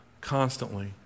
constantly